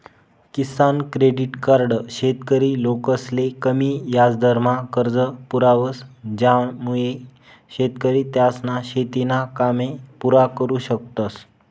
किसान credit card शेतकरी लोकसले कमी याजदरमा कर्ज पुरावस ज्यानामुये शेतकरी त्यासना शेतीना कामे पुरा करु शकतस